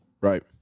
Right